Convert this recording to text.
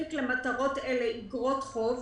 ולהנפיק למטרות אלה איגרות חוב,